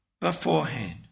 beforehand